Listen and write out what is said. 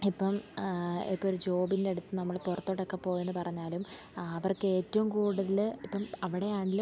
ഇപ്പം ഇപ്പോൾ ഒരു ജോബിൻറെ അടുത്ത് നമ്മൾ പുറത്തോട്ടൊക്കെ പോയെന്ന് പറഞ്ഞാലും അവർക്ക് ഏറ്റവും കൂടുതൽ ഇപ്പം അവിടെ ആണെങ്കിലും